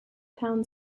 town